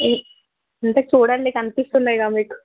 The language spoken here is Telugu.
ఉంటే చూడండి కనిపిస్తున్నాయిగా మీకు